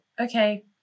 okay